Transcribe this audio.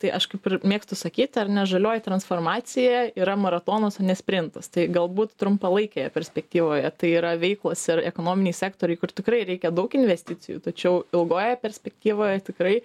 tai aš kaip ir mėgstu sakyti ar ne žalioji transformacija yra maratonas o ne sprintas tai galbūt trumpalaikėje perspektyvoje tai yra veiklos ir ekonominiai sektoriai kur tikrai reikia daug investicijų tačiau ilgoje perspektyvoje tikrai